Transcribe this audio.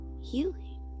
healing